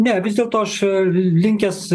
ne vis dėlto aš linkęs